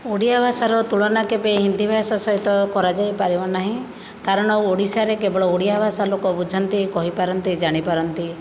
ଓଡ଼ିଆ ଭାଷାର ତୁଳନା କେବେ ହିନ୍ଦୀ ଭାଷା ସହିତ କରାଯାଇପାରିବ ନାହିଁ କାରଣ ଓଡ଼ିଶାରେ କେବଳ ଓଡ଼ିଆ ଭାଷା ଲୋକ ବୁଝନ୍ତି କହିପାରନ୍ତି ଜାଣିପାରନ୍ତି